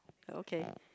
okay